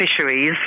fisheries